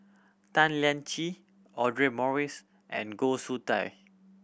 Tan Lian Chye Audra Morrice and Goh Soon Tioe